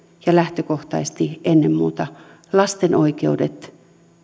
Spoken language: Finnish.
ja lähtökohtaisesti ennen muuta kaikkien lasten oikeudet